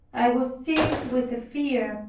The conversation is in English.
i was seized with a fear,